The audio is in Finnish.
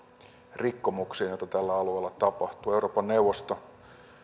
rikkomuksiin joita tällä alueella tapahtuu euroopan neuvosto